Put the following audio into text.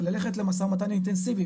ללכת למשא ומתן אינטנסיבי,